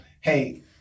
hey